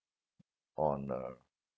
on a